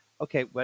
okay